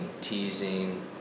teasing